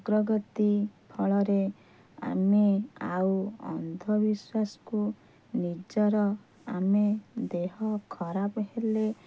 ଅଗ୍ରଗତି ଫଳରେ ଆମେ ଆଉ ଅନ୍ଧବିଶ୍ୱାସକୁ ନିଜର ଆମେ ଦେହ ଖରାପ ହେଲେ